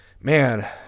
man